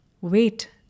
Wait